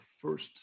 first